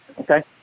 Okay